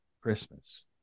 Christmas